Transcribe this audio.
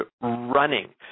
running